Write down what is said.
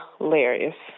Hilarious